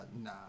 nah